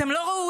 אתם לא ראויים.